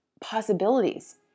possibilities